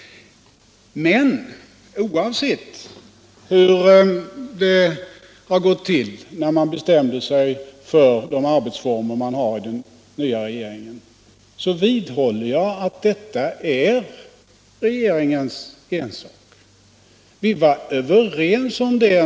Men oavsett hur det har gått till när man bestämde sig för arbetsformerna i den nya regeringen, vidhåller jag att detta är regeringens ensak.